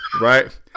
Right